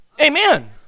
Amen